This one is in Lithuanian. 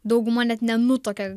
dauguma net nenutuokia